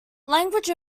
language